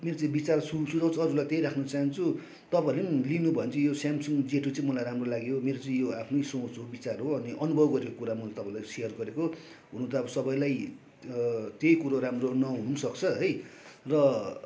यो मेरो चाहिँ विचार सु सुझाउ चाहिँ अरूलाई त्यही राख्न चाहन्छु तपाईँहरूले पनि लिनु भन्छु यो स्यामसङ जे टु चाहिँ मलाई राम्रो लाग्यो मेरो चाहिँ यो आफ्नै सोच हो विचार हो अनि अनुभव गरेको कुरा मैले तपाईँलाई सेयर गरेको हुन त अब सबैलाई त्यही कुरो राम्रो नहुन पनि सक्छ है र